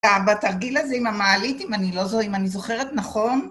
בתרגיל הזה עם המעלית, אם אני לא זו... אם אני זוכרת נכון.